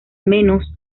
menos